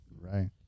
Right